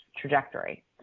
trajectory